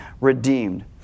redeemed